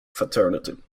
fraternity